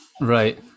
Right